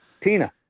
Tina